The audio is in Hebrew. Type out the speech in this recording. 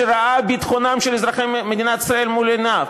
שראה את ביטחונם של אזרחי מדינת ישראל מול עיניו.